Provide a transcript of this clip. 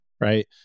right